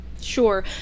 Sure